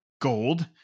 gold